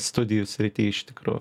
studijų srity iš tikrųjų